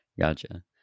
Gotcha